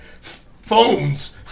phones